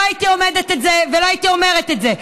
לא הייתי עומדת על זה ולא הייתי אומרת את זה,